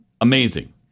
Amazing